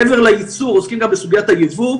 מעבר לייצור הם עוסקים גם בסוגיית היבוא.